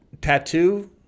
tattoo